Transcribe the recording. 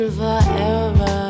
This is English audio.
forever